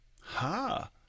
Ha